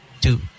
two